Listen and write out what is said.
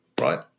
right